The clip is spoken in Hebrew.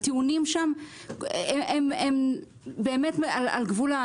הטיעונים שם הם באמת על גבול המגוחכים,